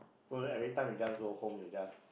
so everytime you just go home you will just